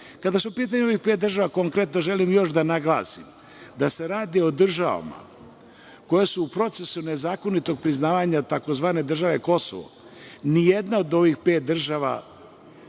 su pitanju ovih pet država, konkretno želim još da naglasim da se radi o državama koje su u procesu nezakonitog priznavanja tzv. države Kosovo, da ni jedna od ovih pet država